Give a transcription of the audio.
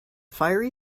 fiery